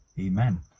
Amen